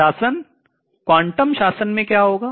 शासन क्वांटम शासन में क्या होगा